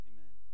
Amen